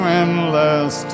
endless